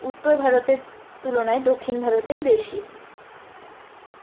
উত্তর ভারতের তুলনায় দক্ষিণ ভারতে বেশি